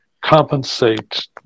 compensate